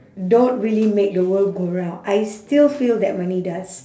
don't really make the world go round I still feel that money does